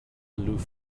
aloof